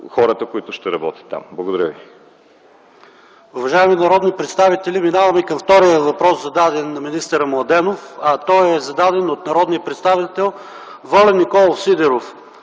хората, които ще работят там. Благодаря ви. ПРЕДСЕДАТЕЛ ПАВЕЛ ШОПОВ: Уважаеми народни представители, минаваме към втория въпрос зададен на министър Младенов. Той е зададен от народния представител Волен Николов Сидеров